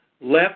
left